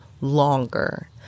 longer